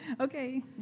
Okay